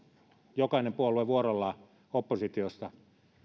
jokainen puolue vuorollaan oppositiossa